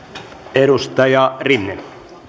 edustaja rinne